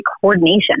coordination